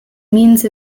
means